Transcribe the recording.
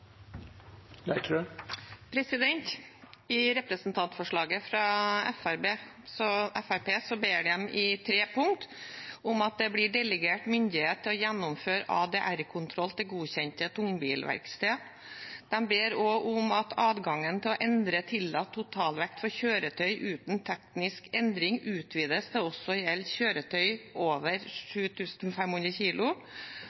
fra Høyre og Venstre. Representanten Jonny Finstad har tatt opp det forslaget han refererte til. I representantforslaget fra Fremskrittspartiet, som er på tre punkter, ber de om at det blir delegert myndighet til å gjennomføre ADR-kontroll til godkjente tungbilverksted. De ber også om at adgangen til å endre tillatt totalvekt for kjøretøy uten teknisk endring utvides til også